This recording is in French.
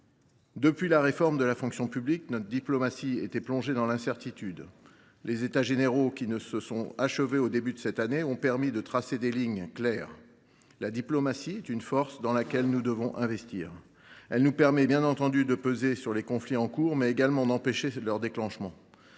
Depuis la réforme de la fonction publique, notre diplomatie était plongée dans l’incertitude. Les États généraux de la diplomatie qui se sont achevés au début de cette année ont permis de tracer des lignes claires. La diplomatie est une force dans laquelle nous devons investir. Elle nous permet bien entendu de peser sur les conflits en cours, mais également d’empêcher leur déclenchement.